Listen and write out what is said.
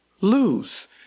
lose